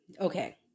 Okay